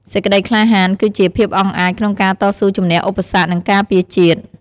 សេចក្តីក្លាហានគឺជា ភាពអង់អាចក្នុងការតស៊ូជំនះឧបសគ្គ និងការពារជាតិ។